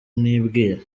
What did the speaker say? nibwira